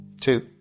two